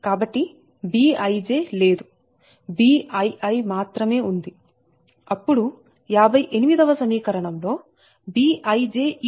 కాబట్టి Bij లేదు Biiమాత్రమే ఉంది అప్పుడు 58 వ సమీకరణం లో Bij0